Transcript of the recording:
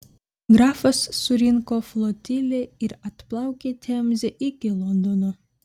grafas surinko flotilę ir atplaukė temze iki londono